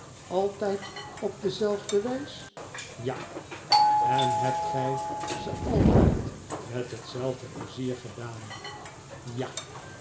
altyd op dezelfde wys ja en hebt gy ze altyd met hetzelfde pleizier gedaan ja